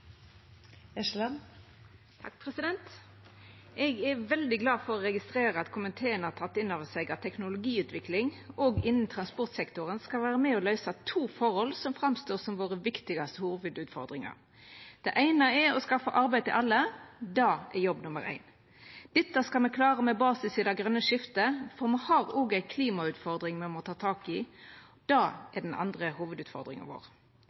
Eg er veldig glad for å registrera at komiteen har teke innover seg at teknologiutvikling også innanfor transportsektoren skal vera med på å løysa to forhold som framstår som dei viktigaste hovudutfordringane våre. Det eine er å skaffa arbeid til alle – det er jobb nr. ein. Dette skal me klara med basis i det grøne skiftet, for me har også ei klimautfordring me må ta tak i – det er den andre hovudutfordringa vår.